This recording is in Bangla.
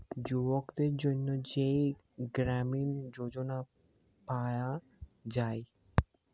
যুবকদের জন্যে যেই গ্রামীণ যোজনা পায়া যায়